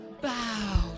bow